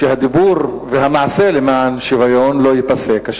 הדיבור והמעשה למען שוויון לא ייפסקו,